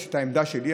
את העמדה שלי,